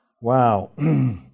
Wow